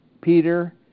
Peter